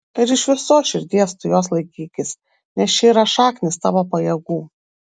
ir iš visos širdies tu jos laikykis nes čia yra šaknys tavo pajėgų